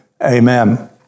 amen